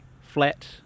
flat